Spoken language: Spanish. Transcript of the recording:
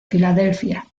filadelfia